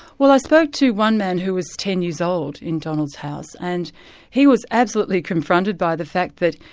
well, i spoke to one man who was ten years old in donald's house and he was absolutely confronted by the fact that.